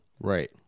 right